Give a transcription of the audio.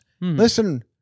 Listen